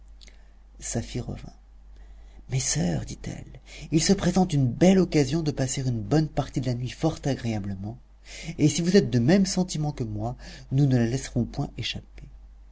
safie revint mes soeurs dit-elle il se présente une belle occasion de passer une bonne partie de la nuit fort agréablement et si vous êtes de même sentiment que moi nous ne la laisserons point échapper